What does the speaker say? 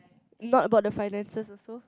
not about the finances also